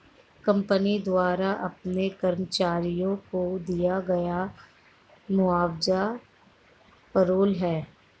company द्वारा अपने कर्मचारियों को दिया गया मुआवजा पेरोल है